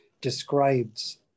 describes